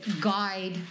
guide